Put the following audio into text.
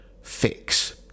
fix